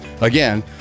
Again